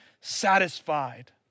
satisfied